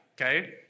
Okay